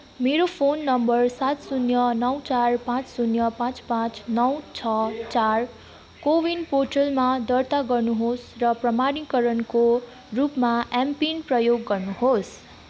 मेरो phone number सात शून्य नौ चार पाँच शून्य पाँच पाँच नौ छ चार को वीन पोर्टलमा दर्ता गर्नुहोस् र प्रमाणीकरणको रूपमा एमपिन प्रयोग गर्नुहोस्